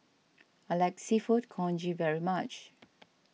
I like Seafood Congee very much